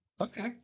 Okay